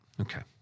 Okay